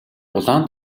улаан